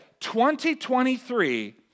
2023